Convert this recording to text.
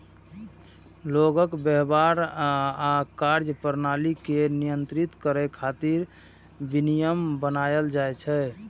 लोगक व्यवहार आ कार्यप्रणाली कें नियंत्रित करै खातिर विनियम बनाएल जाइ छै